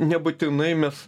nebūtinai mes